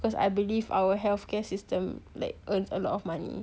cause I believe our healthcare system like earns a lot of money